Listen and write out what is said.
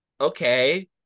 okay